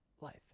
life